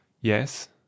yes